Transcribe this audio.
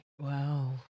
Wow